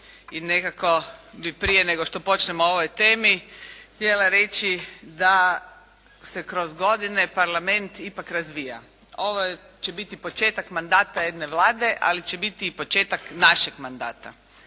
i nekako bi prije nego što počnem o ovoj temi, htjela reći da se kroz godine Parlament ipak razvija. Ovo će biti početak mandata jedne Vlade, ali će biti i početak našeg mandata